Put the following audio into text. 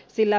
sillä